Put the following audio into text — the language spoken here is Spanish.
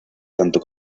tanto